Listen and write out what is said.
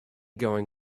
going